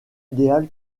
idéal